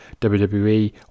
WWE